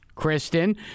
Kristen